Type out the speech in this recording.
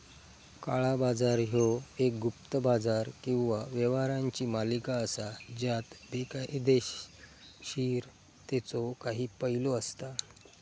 काळा बाजार ह्यो एक गुप्त बाजार किंवा व्यवहारांची मालिका असा ज्यात बेकायदोशीरतेचो काही पैलू असता